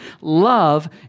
love